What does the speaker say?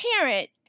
parent